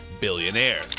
billionaire